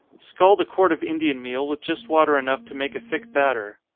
scald a quart of indian meal with just water enough to make a thick batter.